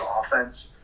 offense